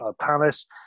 Palace